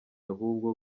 ahubwo